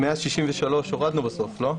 את 163 הורדנו בסוף, נכון?